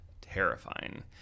terrifying